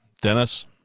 Dennis